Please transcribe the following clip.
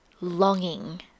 longing